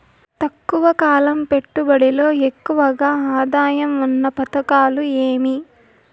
తక్కువ కాలం పెట్టుబడిలో ఎక్కువగా ఆదాయం ఉన్న పథకాలు ఏమి?